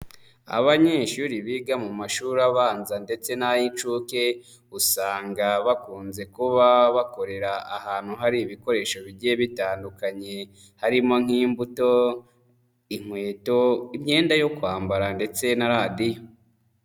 Abanyeshuri biga mu mashuri abanza ndetse n'ayinshuke usanga bakunze kuba bakorera ahantu hari ibikoresho bigiye bitandukanye, harimo nk'imbuto, inkweto, imyenda yo kwambara, ndetse na radiyo.